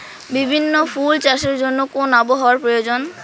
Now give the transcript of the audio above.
বিভিন্ন ফুল চাষের জন্য কোন আবহাওয়ার প্রয়োজন?